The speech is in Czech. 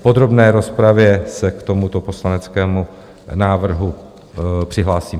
V podrobné rozpravě se k tomuto poslaneckému návrhu přihlásím.